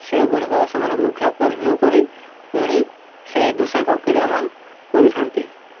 ସେଗୁଡ଼ିକ ସେମାନେ ଭୃକ୍ଷେପ କରି ନକରି ପୁଣି ସେହି ଦୁଃସାହସିକ କ୍ରୀଡ଼ାମାନ କରିଥାନ୍ତି